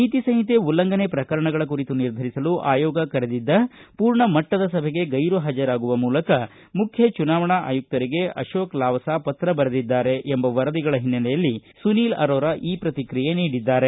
ನೀತಿ ಸಂಹಿತೆ ಉಲ್ಲಂಘನೆ ಪ್ರಕರಣಗಳ ಕುರಿತು ನಿರ್ಧರಿಸಲು ಆಯೋಗ ಕರೆದಿದ್ದ ಪೂರ್ಣಮಟ್ಟದ ಸಭೆಗೆ ಗೈರು ಹಾಜರಾಗುವ ಮೂಲಕ ಮುಖ್ಯ ಚುನಾವಣಾ ಆಯುಕ್ತರಿಗೆ ಅಶೋಕ ಲವಾಸಾ ಪತ್ರ ಬರೆದಿದ್ದಾರೆ ಎಂಬ ವರದಿಗಳ ಹಿನ್ನೆಲೆಯಲ್ಲಿ ಸುನೀಲ್ ಅರೋರಾ ಪ್ರತಿಕ್ರಿಯೆ ನೀಡಿದ್ದಾರೆ